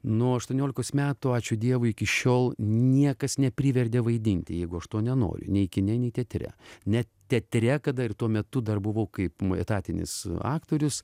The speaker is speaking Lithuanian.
nuo aštuoniolikos metų ačiū dievui iki šiol niekas neprivertė vaidinti jeigu aš to nenoriu nei kine nei teatre net teatre kada ir tuo metu dar buvau kaip etatinis aktorius